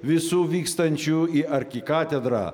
visų vykstančių į arkikatedrą